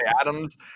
Adams